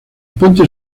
puente